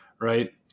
right